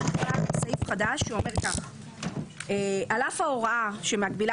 נקבע סעיף חדש שאומר כך: על אף ההוראה שמגבילה